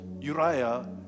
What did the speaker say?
Uriah